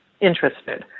interested